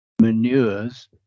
manures